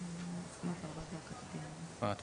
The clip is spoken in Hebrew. אנחנו כוללים את העובדה שהקטין לא חתום על